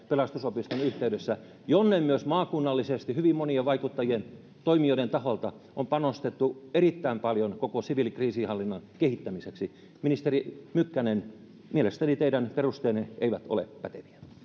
pelastusopiston yhteydessä jonne myös maakunnallisesti hyvin monien vaikuttajien toimijoiden taholta on panostettu erittäin paljon koko siviilikriisinhallinnan kehittämiseksi ministeri mykkänen mielestäni teidän perusteenne eivät ole päteviä